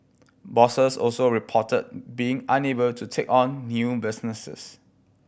bosses also reported being unable to take on new businesses